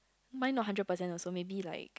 mine not hundred percent also maybe like